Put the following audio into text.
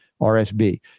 RSB